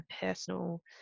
personal